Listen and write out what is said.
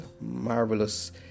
marvelous